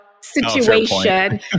situation